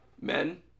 men